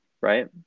right